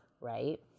right